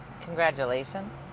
congratulations